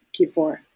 Q4